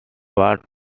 wards